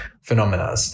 phenomena